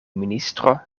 ministro